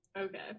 okay